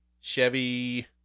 Chevy